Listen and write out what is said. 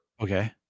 okay